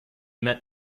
met